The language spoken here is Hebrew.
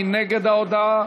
מי נגד ההודעה?